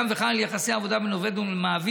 שחל על יחסי העבודה בין עובד למעביד.